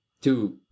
two